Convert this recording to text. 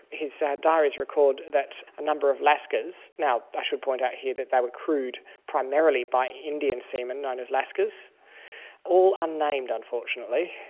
his ah diaries record that a number of lascars, now, i should point out here that they were crewed primarily by indian seamen known as lascars, all unnamed unfortunately,